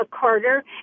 Carter